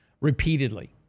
repeatedly